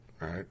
right